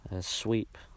Sweep